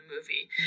movie